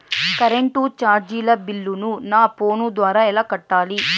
Current చార్జీల బిల్లును, నా ఫోను ద్వారా ఎలా కట్టాలి?